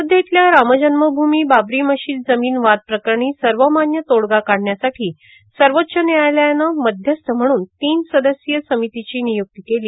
अयोध्येतल्या रामजव्मभूमी बाबरी मशीद जमीन वाद प्रकरणी सर्वमाव्य तोडगा काढण्यासाठी सर्वोच्च व्यायालयानं मध्यस्थ म्हणून तीन सदस्यीय समितीची नियुक्ती केली